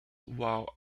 while